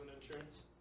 insurance